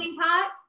pot